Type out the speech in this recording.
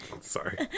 Sorry